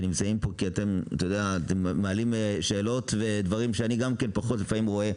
אתם מעלים שאלות ודברים שאני בעצמי פחות רואה,